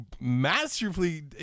masterfully